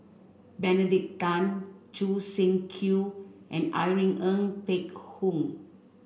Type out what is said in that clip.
Benedict Tan Choo Seng Quee and Irene Ng Phek Hoong